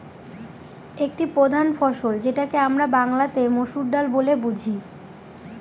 একটি প্রধান ফসল যেটাকে আমরা বাংলাতে মসুর ডাল বলে বুঝি